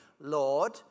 Lord